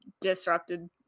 disrupted